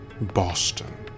Boston